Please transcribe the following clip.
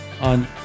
on